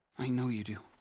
i know you do.